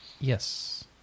Yes